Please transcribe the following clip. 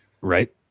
Right